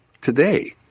today